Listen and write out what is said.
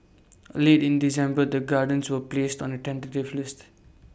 later in December the gardens was placed on A tentative list